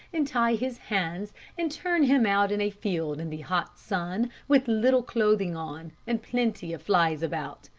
and tie his hands and turn him out in a field in the hot sun, with little clothing on, and plenty of flies about.